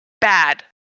Bad